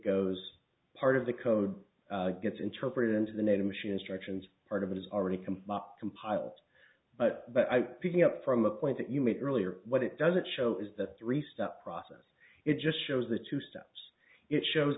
goes part of the code gets interpreted into the native machine instructions part of it is already compiled compiled but but i picking up from a point that you made earlier what it doesn't show is the three step process it just shows the two steps it shows